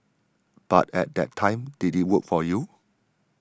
but at that time did it work for you